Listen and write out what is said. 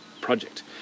project